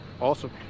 awesome